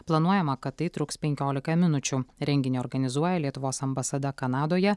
planuojama kad tai truks penkioliką minučių renginį organizuoja lietuvos ambasada kanadoje